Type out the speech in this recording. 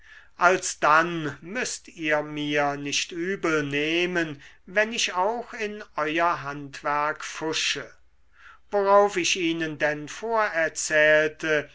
alsdann müßt ihr mir nicht übel nehmen wenn ich auch in euer handwerk pfusche worauf ich ihnen denn vorerzählte